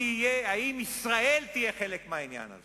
אם ישראל תהיה חלק מהעניין הזה.